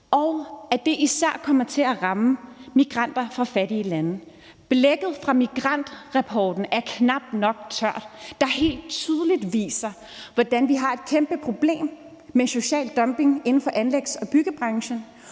og at det især kommer til at ramme migranter fra fattige lande. Blækket fra migrantrapporten er knap nok tørt, og rapporten viser helt tydeligt, at vi har et kæmpeproblem med social dumping inden for anlægs- og byggebranchen,